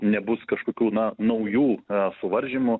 nebus kažkokių na naujų suvaržymų